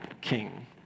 King